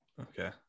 Okay